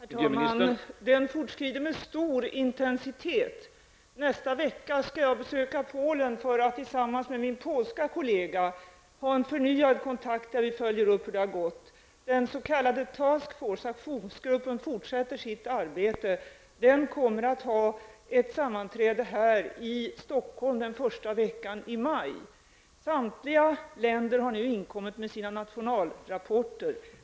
Herr talman! Denna uppföljning fortskrider med stor intensitet. Jag skall under nästa vecka besöka Polen för att tillsammans med min polske kollega ha en förnyad kontakt varvid vi följer varvid hur det har gått. Den s.k. task force-aktionsgruppen fortsätter sitt arbete och kommer att ha ett sammanträde här i Stockholm under den första veckan i maj. Samtliga länder har nu inkommit med sina nationalrapporter.